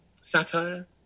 satire